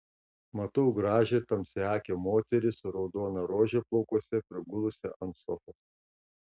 matau gražią tamsiaakę moterį su raudona rože plaukuose prigulusią ant sofos